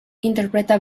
interpreta